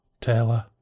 Taylor